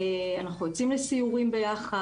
אנחנו יוצאים לסיורים ביחד,